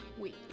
week